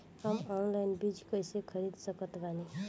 हम ऑनलाइन बीज कइसे खरीद सकत बानी?